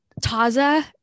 Taza